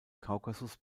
kaukasus